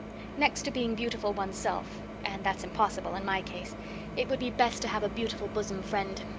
next to being beautiful oneself and that's impossible in my case it would be best to have a beautiful bosom friend.